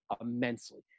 immensely